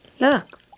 Look